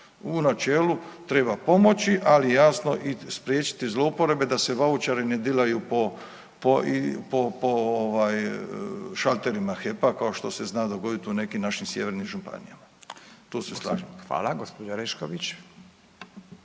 U načelu treba pomoći, ali jasno i spriječiti zlouporabe da se vaučeri ne dilaju po, po, po, po ovaj šalterima HEP-a kao što se zna dogodit u nekim našim sjevernim županijama. Tu se slažem.